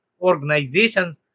organizations